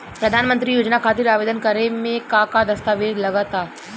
प्रधानमंत्री योजना खातिर आवेदन करे मे का का दस्तावेजऽ लगा ता?